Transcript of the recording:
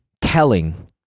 telling